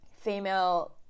female